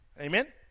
Amen